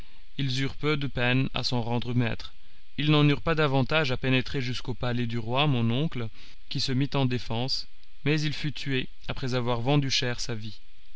ils eurent peu de peine à s'en rendre maîtres ils n'en eurent pas davantage à pénétrer jusqu'au palais du roi mon oncle qui se mit en défense mais il fut tué après avoir vendu chèrement sa vie